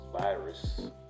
virus